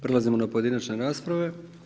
Prelazimo na pojedinačne rasprave.